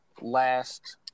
last